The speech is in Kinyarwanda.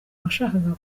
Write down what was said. washakaga